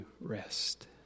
rest